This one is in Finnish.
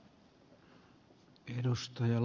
arvoisa puhemies